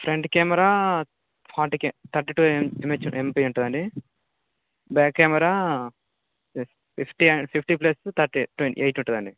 front camera forty K thirty two M H MP ఉంటుంది అండి back camera fifty fifty plus thirty eight ఉంటుంది అండి